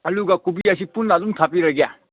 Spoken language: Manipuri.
ꯑꯥꯜꯂꯨꯒ ꯀꯣꯕꯤꯒꯁꯤ ꯑꯗꯨꯝ ꯄꯨꯟꯅ ꯑꯗꯨꯝ ꯊꯥꯕꯤꯔꯒꯦ